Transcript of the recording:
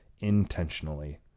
intentionally